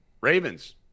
Ravens